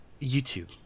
YouTube